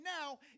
now